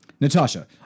Natasha